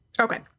okay